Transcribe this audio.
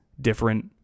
different